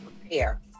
prepare